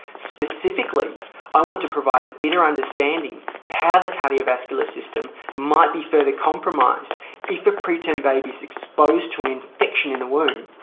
specifically i want to provide a better understanding of how the cardiovascular system might be further compromised if the preterm baby is exposed to an infection in the womb.